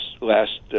last